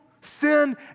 sin